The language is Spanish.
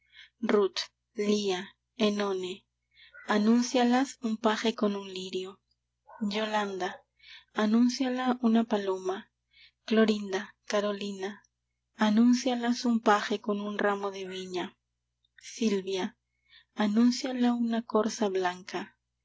ruth lía enone anúncialas un paje con un lirio yolanda anúnciala una paloma clorinda carolina anúncialas un paje con un ramo de viña sylvia anúnciala una corza blanca